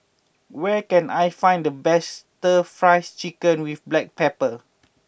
where can I find the best Stir Fried Chicken with Black Pepper